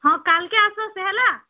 ହଁ କାଲ୍କେ ଆସ ସେ ହେଲା